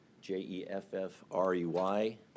J-E-F-F-R-E-Y